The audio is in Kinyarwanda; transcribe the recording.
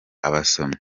abasomyi